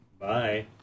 Bye